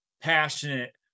passionate